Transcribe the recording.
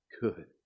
good